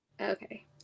Okay